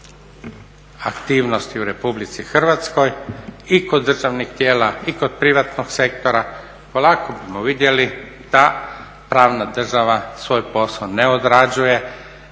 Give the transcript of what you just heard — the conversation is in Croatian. aktivnosti u Republici Hrvatskoj i kod državnih tijela i kod privatnog sektora … vidjeli ta pravna država svoj posao ne odrađuje